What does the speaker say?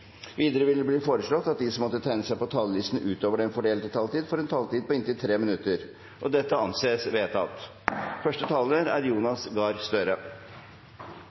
videre foreslått at de som måtte tegne seg på talerlisten utover den fordelte taletid, får en taletid på inntil 3 minutter. – Det anses vedtatt.